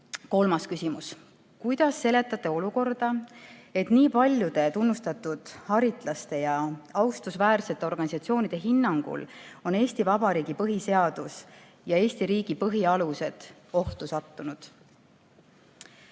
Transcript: Kolmas küsimus: "Kuidas seletate olukorda, et nii paljude tunnustatud haritlaste ja austusväärsete organisatsioonide hinnangul on Eesti Vabariigi põhiseadus ja Eesti riigi põhialused ohtu sattunud?"